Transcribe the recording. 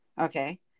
okay